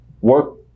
work